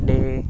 Day